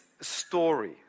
story